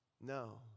No